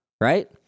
right